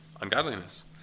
ungodliness